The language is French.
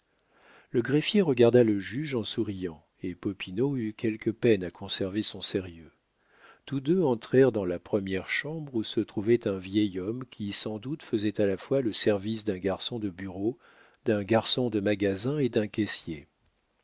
le greffier regarda le juge en souriant et popinot eut quelque peine à conserver son sérieux tous deux entrèrent dans la première chambre où se trouvait un vieil homme qui sans doute faisait à la fois le service d'un garçon de bureau d'un garçon de magasin et d'un caissier